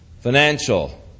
Financial